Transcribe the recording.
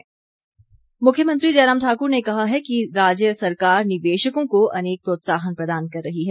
मुख्यमंत्री मुख्यमंत्री जयराम ठाक्र ने कहा है कि राज्य सरकार निवेशकों को अनेक प्रोत्साहन प्रदान कर रही है